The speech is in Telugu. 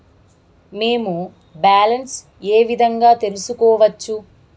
మేము బ్యాలెన్స్ ఏ విధంగా తెలుసుకోవచ్చు?